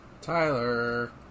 Tyler